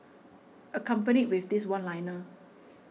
accompanied with this one liner